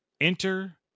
Enter